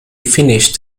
finished